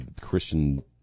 Christian